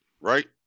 right